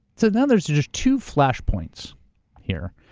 so now there's just two flash points here.